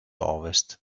ovest